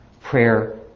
Prayer